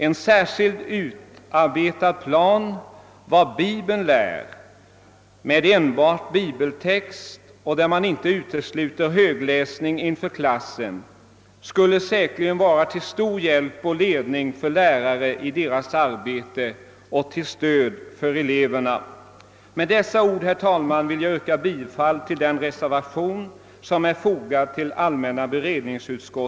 En särskilt utarbetad plan över vad Bibeln lär, med enbart bibeltexter och med högläsning inför klassen inte utesluten skulle säkerligen vara till stor hjälp och ledning för lärare i deras arbete och till stöd för eleverna. Jag ämnar när detta ärende föredras yrka bifall till den reservation som är fogad till allmänna beredningsutskot